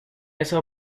esa